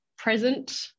present